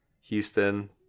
Houston